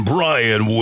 Brian